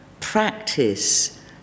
practice